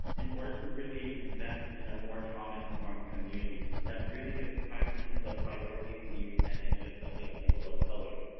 in order to really invest in a more trauma-informed community that really gives primacy to the priorities, needs, and interests of young people of color.